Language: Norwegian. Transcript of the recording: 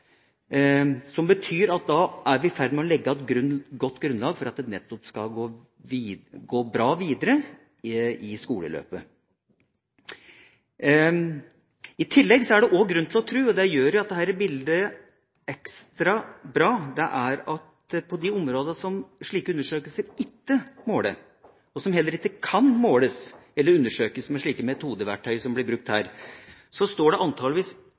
som betyr at vi da er i ferd med å legge et godt grunnlag for at det nettopp skal gå bra videre i skoleløpet. I tillegg er det også grunn til å tro – og det gjør dette bildet ekstra bra – at de områdene som slike undersøkelser ikke måler, og som heller ikke kan måles eller undersøkes med slike metodeverktøy som blir brukt her, står det